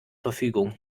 verfügung